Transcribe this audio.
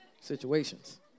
situations